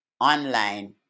online